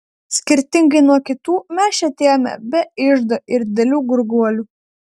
skirtingai nuo kitų mes čia atėjome be iždo ir didelių gurguolių